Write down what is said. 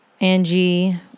Angie